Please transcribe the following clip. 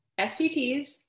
SPTs